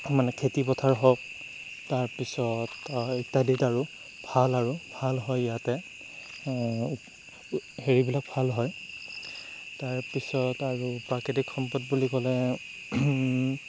মানে খেতি পথাৰ হওক তাৰ পিছত ইত্যাদিত আৰু ভাল আৰু ভাল হয় ইয়াতে হেৰিবিলাক ভাল হয় তাৰ পিছত আৰু প্ৰাকৃতিক সম্পদ বুলি ক'লে